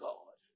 God